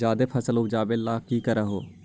जादे फसल उपजाबे ले की कर हो?